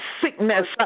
sickness